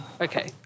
Okay